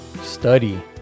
Study